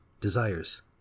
desires